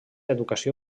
educació